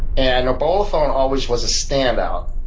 and norbolethone always was a standout.